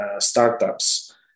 startups